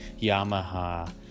Yamaha